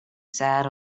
sad